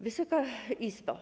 Wysoka Izbo!